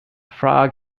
frog